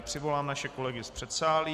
Přivolám naše kolegy z předsálí.